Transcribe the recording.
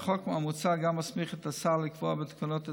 החוק המוצע גם מסמיך את השר לקבוע בתקנות את